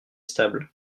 stable